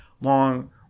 long